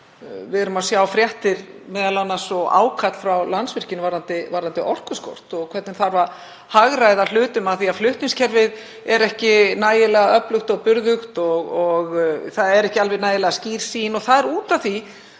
Við erum að sjá fréttir og ákall frá Landsvirkjun varðandi orkuskort og hvernig þarf að hagræða hlutum af því að flutningskerfið er ekki nægilega öflugt og burðugt og það er ekki alveg nægilega skýr sýn. Það er af því